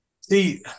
See